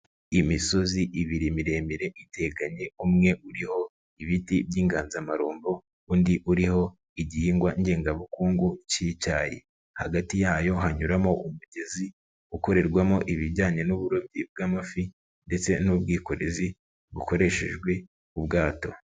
Imisozi ibiri miremire iteganye umwe uriho ibiti by'inganzamarumbo, undi uriho igihingwa ngengabukungu cy'icyayi, hagati yayo hanyuramo umugezi ukorerwamo ibijyanye n'uburobyi bw'amafi ndetse n'ubwikorezi bukoreshejwe ubwato.